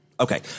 Okay